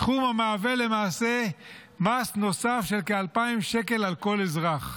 סכום המהווה למעשה מס נוסף של כ-2,000 שקל על כל אזרח.